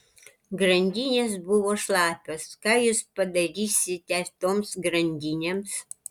grandinės buvo šlapios ką jūs padarysite toms grandinėms